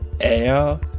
air